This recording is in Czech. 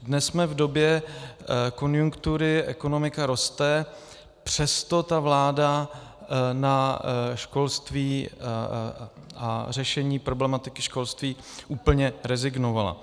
Dnes jsme v době konjunktury, ekonomika roste, přesto vláda na školství a řešení problematiky školství úplně rezignovala.